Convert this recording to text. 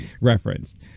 referenced